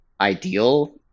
ideal